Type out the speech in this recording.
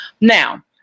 Now